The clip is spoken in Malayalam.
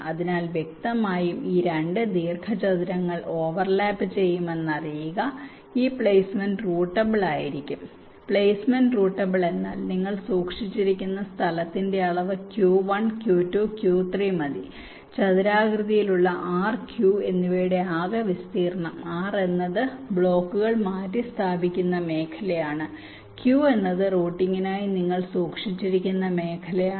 അതിനാൽ വ്യക്തമായും രണ്ട് ദീർഘചതുരങ്ങൾ ഓവർലാപ്പ് ചെയ്യുമെന്ന് അറിയുക ഈ പ്ലേസ്മെന്റ് റൂട്ടബിൾ ആയിരിക്കും പ്ലെയ്സ്മെന്റ് റൂട്ടബിൾ എന്നാൽ നിങ്ങൾ സൂക്ഷിച്ചിരിക്കുന്ന സ്ഥലത്തിന്റെ അളവ് Q1 Q2 Q3 മതി ചതുരാകൃതിയിലുള്ള R Q എന്നിവയുടെ ആകെ വിസ്തീർണ്ണം R എന്നത് ബ്ലോക്കുകൾ മാറ്റിസ്ഥാപിക്കുന്ന മേഖലയാണ് Q എന്നത് റൂട്ടിംഗിനായി നിങ്ങൾ സൂക്ഷിച്ചിരിക്കുന്ന മേഖലയാണ്